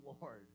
Lord